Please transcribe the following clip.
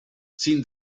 sin